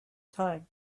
time